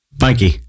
Mikey